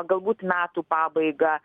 galbūt metų pabaigą